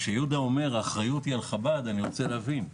כשיהודה אומר שהאחריות על חב"ד, אני רוצה להבין,